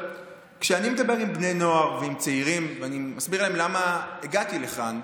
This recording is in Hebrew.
כשאני מדבר עם בני נוער ועם צעירים ואני מסביר להם למה הגעתי לכאן,